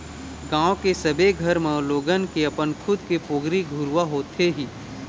गाँव के सबे घर म लोगन के अपन खुद के पोगरी घुरूवा होथे ही